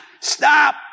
Stop